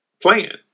plan